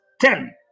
ten